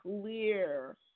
clear